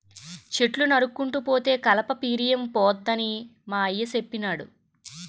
చెట్లు నరుక్కుంటూ పోతే కలప పిరియంపోద్దని మా అయ్య సెప్పినాడు